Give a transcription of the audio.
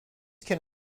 can